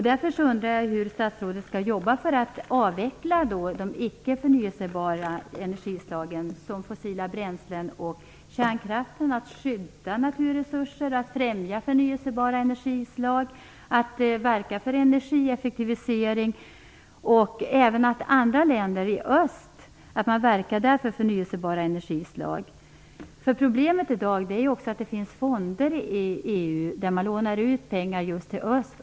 Jag undrar därför hur statsrådet skall jobba för att avveckla de icke förnybara energislagen, såsom fossila bränslen och kärnkraft, skydda naturresurser, främja förnybara energislag, verka för energieffektivisering och även för att andra länder i öst verkar för förnybara energislag. Problemet är att det i dag finns fonder i EU som lånar ut pengar till öst.